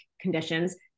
conditions